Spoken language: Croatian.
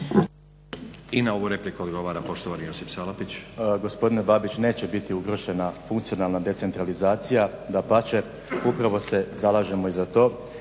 I na ovu repliku odgovara poštovani Josip Salapić.